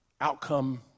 outcome